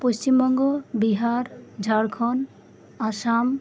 Paschim Banga Bihar Jharkhand Assam